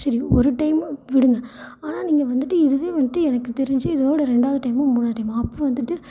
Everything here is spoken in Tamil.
சரி ஒரு டைமை விடுங்கள் ஆனால் நீங்கள் வந்துட்டு இதுவே வந்துட்டு எனக்கு தெரிஞ்சு இதோடு ரெண்டாவது டைமோ மூணாவது டைமோ அப்போது வந்துட்டு